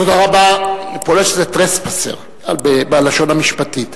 פולש זה trespasser, בלשון המשפטית.